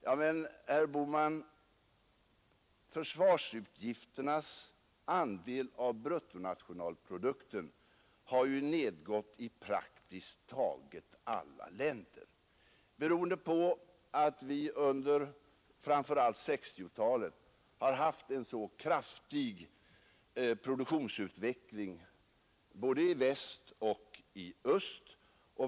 Ja men, herr Bohman, försvarsutgifternas andel av bruttonationalprodukten har ju gått ned i praktiskt taget alla länder, och detta beror på att vi under framför allt 1960-talet haft en så kraftig produktionsutveckling både i väst och i öst.